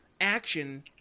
action